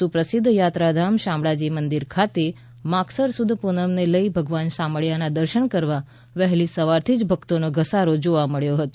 સુપ્રસિદ્ધ યાત્રાધામ શામળાજી મંદિર ખાતે માગશર સુદ પૂનમને લઇ ભગવાન શામળિયાના દર્શન કરવા વહેલી સવારથી જ ભક્તોનો ધસારો જોવા મળ્યો હતો